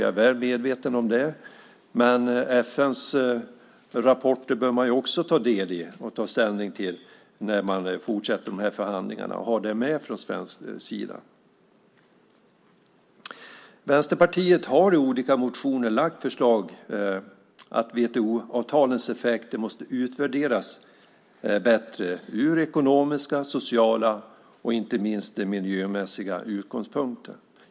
Jag är väl medveten om det, men Sverige bör också ta ställning till FN:s rapporter när man fortsätter de här förhandlingarna så att man har detta med sig. Vänsterpartiet har i olika motioner lagt fram förslag om att WTO-avtalens effekter måste utvärderas bättre från ekonomiska, sociala och inte minst miljömässiga utgångspunkter.